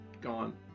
gone